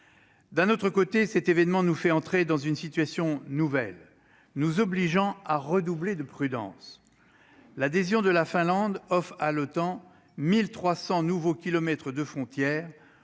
d'un autre côté, cet événement nous fait entrer dans une situation nouvelle, nous obligeant à redoubler de prudence, l'adhésion de la Finlande of à l'OTAN 1000 300 nouveaux kilomètres de frontière